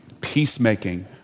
peacemaking